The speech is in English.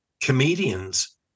comedians